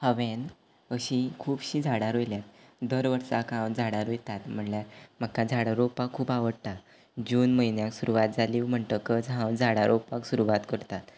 हांवेन अशीं खुबशीं झाडां रोंयल्यांत दर वर्साक हांव झाडां रोंयतात म्हळ्ळ्या म्हाका झाडां रोंवपाक खूब आवडटा जून म्हयन्याक सुरवात जाली म्हणटकच हांव झाडां रोंवपाक सुरवात करतात